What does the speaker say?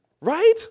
right